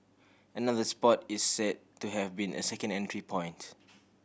another spot is say to have been a second entry point